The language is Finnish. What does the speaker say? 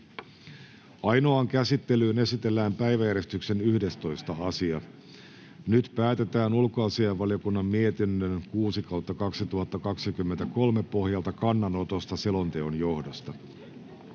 Ainoaan käsittelyyn esitellään päiväjärjestyksen 11. asia. Nyt päätetään ulkoasiainvaliokunnan mietinnön UaVM 6/2023 vp pohjalta kannanotosta selonteon johdosta.